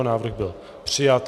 Návrh byl přijat.